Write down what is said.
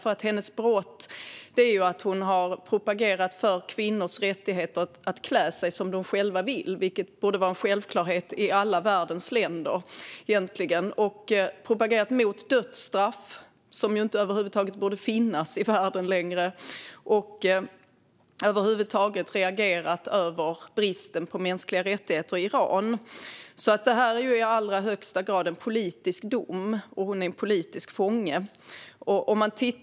Hennes "brott" är att hon har propagerat för kvinnors rätt att klä sig som de själva vill, vilket borde vara en självklarhet i alla världens länder. Hon har också propagerat mot dödsstraff, något som inte borde finnas i världen längre, och över huvud taget reagerat mot bristen på mänskliga rättigheter i Iran. Detta är alltså i allra högsta grad en politisk dom, och hon är en politisk fånge.